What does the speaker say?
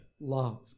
love